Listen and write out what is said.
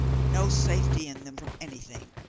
no safety in them from anything.